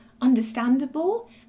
understandable